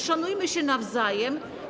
Szanujmy się nawzajem.